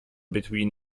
between